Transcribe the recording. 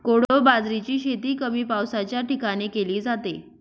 कोडो बाजरीची शेती कमी पावसाच्या ठिकाणी केली जाते